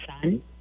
son